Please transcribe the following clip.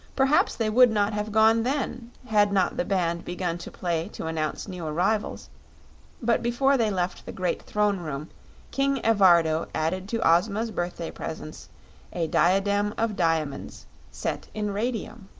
perhaps they would not have gone then had not the band begun to play to announce new arrivals but before they left the great throne-room king evardo added to ozma's birthday presents a diadem of diamonds set in radium.